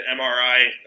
MRI